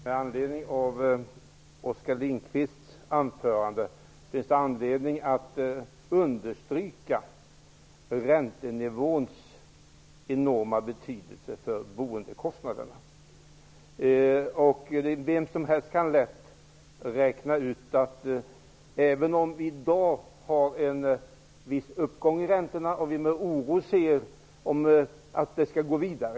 Herr talman! Med anledning av Oskar Lindkvists anförande finns det anledning att understryka räntenivåns enorma betydelse för boendekostnaderna. Vi har i dag en viss uppgång i räntorna, och vi oroar oss för att räntorna skall stiga ytterligare.